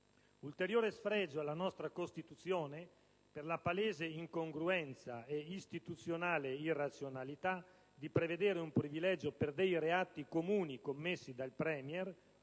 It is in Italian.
ulteriore sfregio alla nostra Costituzione per la palese incongruenza e istituzionale irrazionalità di prevedere un privilegio per reati comuni commessi dal *Premier*,